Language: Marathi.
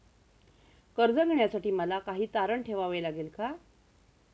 कर्ज घेण्यासाठी मला काही तारण ठेवावे लागेल का?